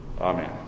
Amen